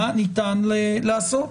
מה ניתן לעשות,